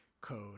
code